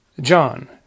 John